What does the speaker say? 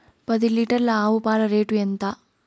పది లీటర్ల ఆవు పాల రేటు ఎంత?